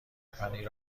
پنیر